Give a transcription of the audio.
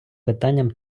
питанням